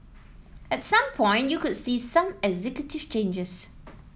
at some point you could see some executive changes